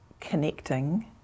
connecting